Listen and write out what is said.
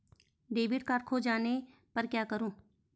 Debit card खो जाने पर क्या करूँ?